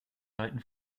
leuten